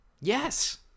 yes